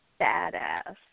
badass